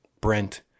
Brent